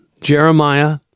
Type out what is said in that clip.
Jeremiah